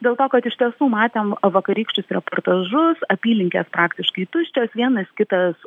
dėl to kad iš tiesų matėm vakarykščius reportažus apylinkės praktiškai tuščios vienas kitas